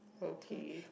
okay